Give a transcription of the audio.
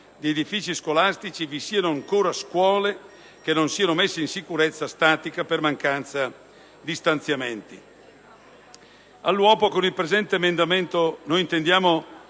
di edifici scolastici vi siano ancora scuole che non siano messe in sicurezza statica per mancanza di stanziamenti.